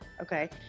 Okay